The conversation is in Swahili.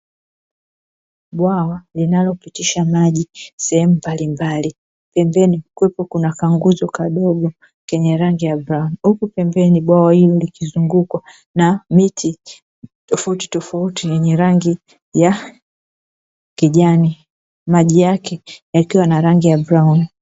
Bwawa linalopitisha maji sehemu mbalimbali, pembeni kukiwepo na kanguzo kadogo kenye rangi ya brauni ,huku pembeni bwawa hilo likizungukwa na miti tofautitofauti yenye rangi ya kijani maji yake yakiwa ya rangi ya brauni.